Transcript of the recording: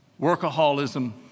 workaholism